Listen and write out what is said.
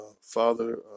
father